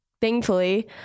thankfully